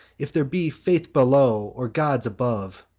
if there be faith below, or gods above,